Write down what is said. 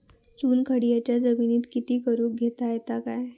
चुनखडीयेच्या जमिनीत शेती करुक येता काय?